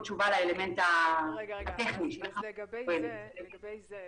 לגבי זה,